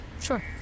sure